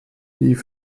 die